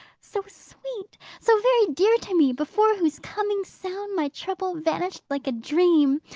so sweet, so very dear to me, before whose coming sound my trouble vanished like a dream.